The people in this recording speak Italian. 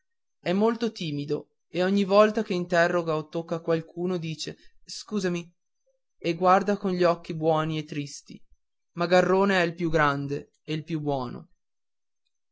è molto timido e ogni volta che interroga o tocca qualcuno dice scusami e guarda con gli occhi buoni e tristi ma garrone è il più grande e il più buono